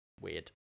Weird